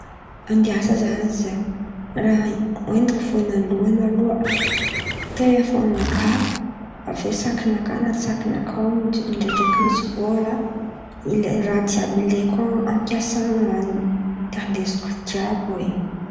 Andeha hiasa izan̈y zah, raha hoentiko vôlalohan̈y aloha telefônina nakà, aveo saky nakà na saky nakà ao ndraindraiky misy vôla raha jiàby ilaiko ampiasan̈a an̈y de andesiko jiàby oe.